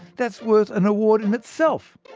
that's worth an award and itself!